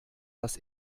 das